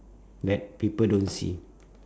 that people don't see